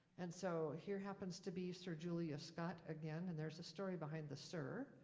and so here happens to be sir julius scott, again, and there's a story behind the sir.